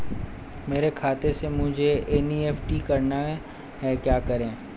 मेरे खाते से मुझे एन.ई.एफ.टी करना है क्या करें?